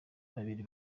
babiri